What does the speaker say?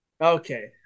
okay